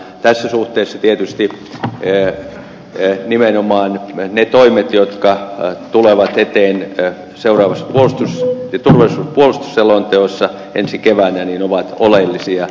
tässä suhteessa tietysti nimenomaan ne toimet jotka tulevat eteen seuraavissa turvallisuus ja puolustusselonteoissa ensi keväänä ovat oleellisia